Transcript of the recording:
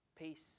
Peace